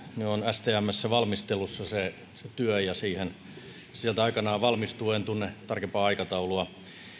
stmssä valmistelussa se työ ja sieltä se aikanaan valmistuu en tunne tarkempaa aikataulua